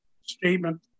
statement